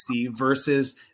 versus